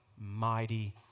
mighty